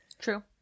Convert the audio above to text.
True